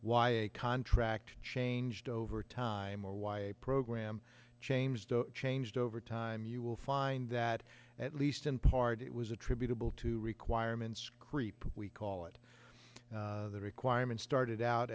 a contract changed over time or why a program changed changed over time you will find that at least in part it was attributable to requirements creep we call it the requirement started out